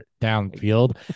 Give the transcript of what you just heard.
downfield